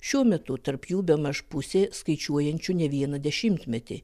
šiuo metu tarp jų bemaž pusė skaičiuojančių ne vieną dešimtmetį